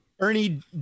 ernie